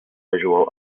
visual